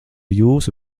jūsu